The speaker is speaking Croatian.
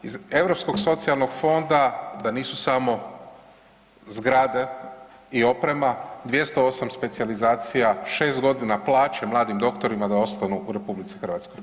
Iz Europskog socijalnog fonda da nisu samo zgrade i oprema, 208 specijalizacija, 6.g. plaće mladim doktorima da ostanu u RH.